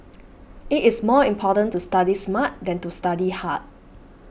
it is more important to study smart than to study hard